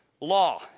Law